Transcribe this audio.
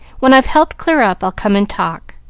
when i've helped clear up, i'll come and talk.